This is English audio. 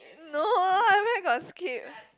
no I where got skip